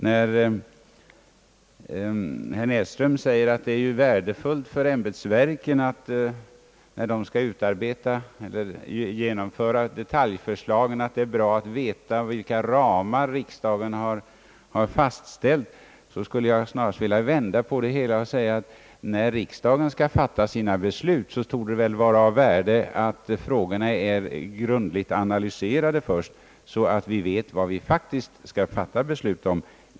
När herr Näsström säger att det är värdefullt för ämbetsverken vid genomförandet av förslagen att veta vilka ramar riksdagen har fastställt skulle jag snarast vilja vrida på det hela och säga att när riksdagen skall fatta sina beslut torde det väl vara av värde att frågorna är grundligt analyserade först, så att vi vet vad vi skall fatta beslut om.